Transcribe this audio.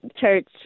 church